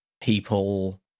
people